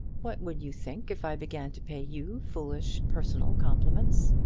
what would you think if i began to pay you foolish personal compliments?